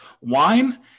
Wine